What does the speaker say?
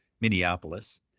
Minneapolis